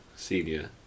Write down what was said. Senior